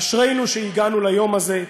אשרינו שהגענו ליום הזה,